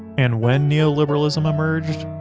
and when neoliberalism emerged,